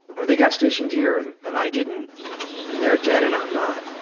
or they got stationed here and i didn't and they're dead and i'm not.